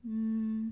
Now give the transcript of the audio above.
mm